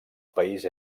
país